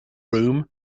room